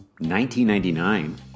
1999